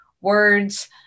words